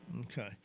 Okay